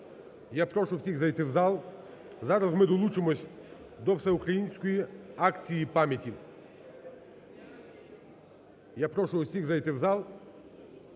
Я прошу всіх зайти в зал. Зараз ми долучимося до всеукраїнської акції пам'яті. Я прошу усіх зайти в зал,